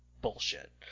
bullshit